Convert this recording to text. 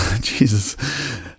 Jesus